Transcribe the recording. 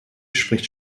spricht